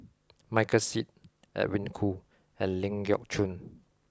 Michael Seet Edwin Koo and Ling Geok Choon